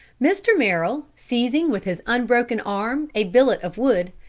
mr. merrill, seizing with his unbroken arm a billet of wood,